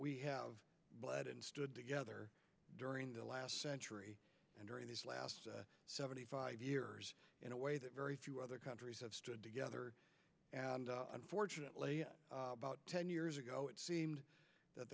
we have bled and stood together during the last century and during the last seventy five years in a way that very few other countries have stood together and unfortunately about ten years ago it seemed that